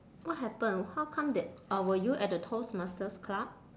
what happen how come that or were you at the toastmasters club